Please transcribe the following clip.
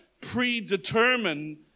predetermine